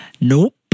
nope